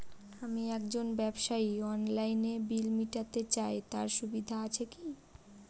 আমি একজন ব্যবসায়ী অনলাইনে বিল মিটাতে চাই তার সুবিধা আছে কি?